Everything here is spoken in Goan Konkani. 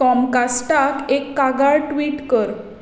कॉमकास्टाक एक कागाळ ट्वीट कर